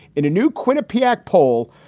in new quinnipiac poll,